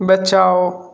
बचाओ